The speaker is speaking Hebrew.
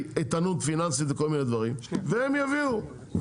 איתנות פיננסית וכל מיני דברים והם יביאו,